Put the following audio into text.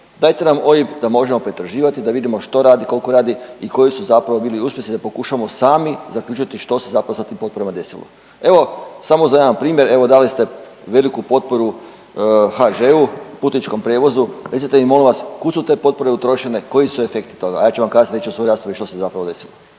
dajte nam OIB da možemo pretraživati da vidimo što radi, koliko radi i koji su zapravo bili uspjesi, da pokušamo sami zaključiti što se zapravo sa tim potporama desilo. Evo, samo za jedan primjer, evo, dali ste veliku potporu HŽ-u Putničkom prijevozu, recite mi, molim vas, kud su te potpore utrošene, koji su efekti toga, a ja ću vam kasnije reći u svojoj raspravi što se zapravo desilo.